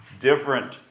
different